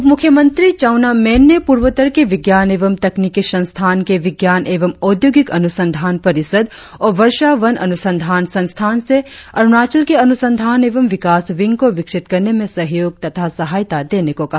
उप मुख्यमंत्री चाउना मेन ने पूर्वोत्तर के विज्ञान एवं तकनिकी संस्थान के विज्ञान एवं औद्योगिक अनुसंधान परिषद और वर्षा वन अनुसंधान संस्थान से अरुणाचल के अनुसंधान एवं विकास विंग को विकसित करने में सहयोग तथा सहायता देने को कहा